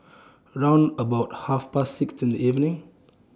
round about Half Past six in The evening